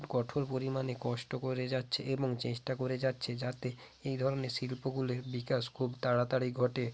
কঠোর পরিমাণে কষ্ট করে যাচ্ছে এবং চেষ্টা করে যাচ্ছে যাতে এই ধরনের শিল্পগুলির বিকাশ খুব তাড়াতাড়ি ঘটে